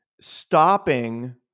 stopping